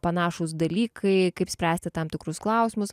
panašūs dalykai kaip spręsti tam tikrus klausimus